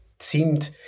Seemed